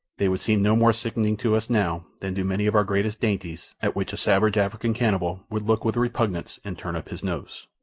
they would seem no more sickening to us now than do many of our greatest dainties, at which a savage african cannibal would look with repugnance and turn up his nose.